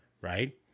Right